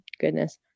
goodness